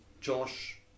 Josh